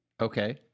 Okay